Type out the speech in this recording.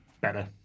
better